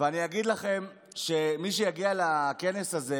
ואני אגיד לכם שמי שיגיע לכנס הזה